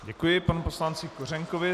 Děkuji panu poslanci Kořenkovi.